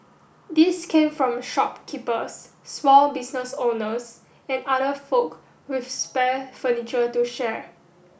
these came from shopkeepers small business owners and other folk with spare furniture to share